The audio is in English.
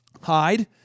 hide